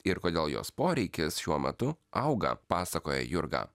ir kodėl jos poreikis šiuo metu auga pasakoja jurga